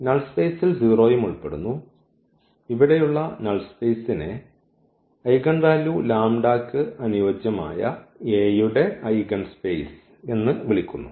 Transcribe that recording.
null സ്പേസിൽ 0 ഉം ഉൾപ്പെടുന്നു ഇവിടെയുള്ള നൾ സ്പേസിനെ ഐഗൺ വാല്യൂ യ്ക്ക് അനുയോജ്യമായ A യുടെ ഐഗൺ സ്പേസ് എന്ന് വിളിക്കുന്നു